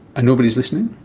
and nobody is listening?